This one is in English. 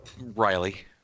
Riley